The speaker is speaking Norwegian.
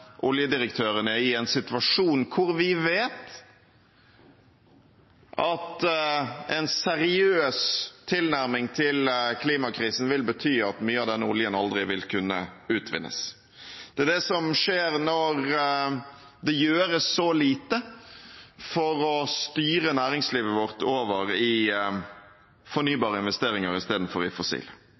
i en situasjon hvor vi vet at en seriøs tilnærming til klimakrisen vil bety at mye av denne oljen aldri vil kunne utvinnes. Det er det som skjer når det gjøres så lite for å styre næringslivet vårt over i fornybare investeringer istedenfor i